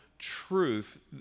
truth